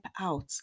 out